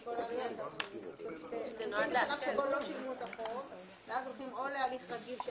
זה במקרה שלא שילמו את החוב ואז הולכים או להליך רגיל,